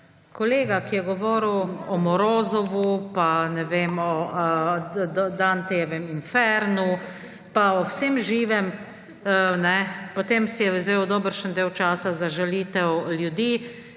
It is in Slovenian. kolega, ki je govoril o Morozovu, o Dantejevem infernu pa o vsem živem. Potem si je vzel dobršni del časa za žalitev ljudi